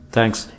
Thanks